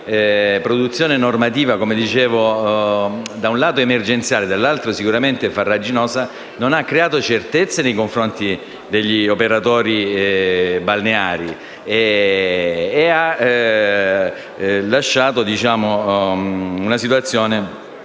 produzione normativa, come ho detto, da un lato emergenziale e dall'altro sicuramente farraginosa, non ha creato certezze nei confronti degli operatori balneari ed ha lasciato una situazione